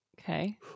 Okay